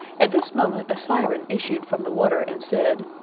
at this moment a syren issued from the water, and said,